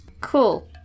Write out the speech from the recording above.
Cool